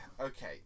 Okay